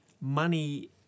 money